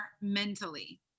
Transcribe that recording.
mentally